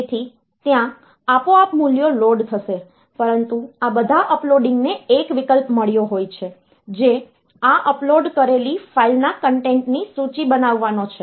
તેથી ત્યાં આપોઆપ મૂલ્યો લોડ થશે પરંતુ આ બધા અપલોડિંગ ને એક વિકલ્પ મળ્યો હોય છે જે આ અપલોડ કરેલી ફાઇલના કન્ટેન્ટની સૂચિ બનાવવાનો છે